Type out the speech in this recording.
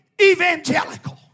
evangelical